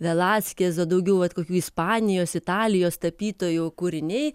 velaskezo daugiau vat kokių ispanijos italijos tapytojų kūriniai